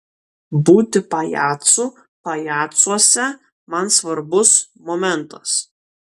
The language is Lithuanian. būti pajacu pajacuose man svarbus momentas